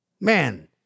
Man